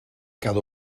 cada